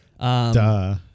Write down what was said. Duh